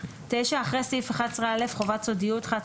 (9) אחרי סעיף 11א יבוא: "חובת סודיות"11ב.